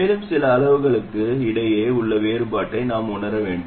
மேலும் சில அளவுகளுக்கு இடையே உள்ள வேறுபாட்டை நாம் உணர வேண்டும்